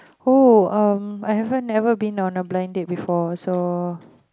oh um I haven't never been on a blind date before so